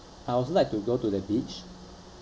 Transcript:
I also like to go to the beach